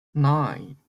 nine